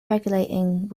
regulating